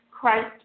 Christ